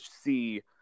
see